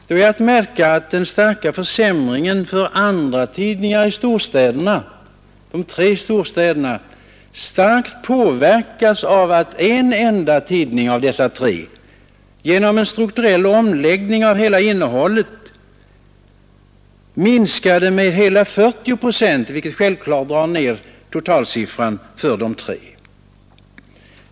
Då är att märka att den starka försämringen för andratidningar i de tre storstäderna starkt påverkas av att en enda tidning av dessa tre efter en strukturell omläggning av innehållet minskade sin annonsvolym med hela 40 procent, vilket självklart drar ned totalsiffran för de tre.